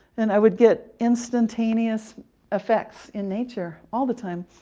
and i would get instantaneous effects in nature all the time.